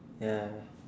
ya